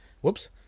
Whoops